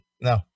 No